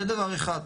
זה דבר אחד.